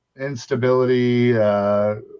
instability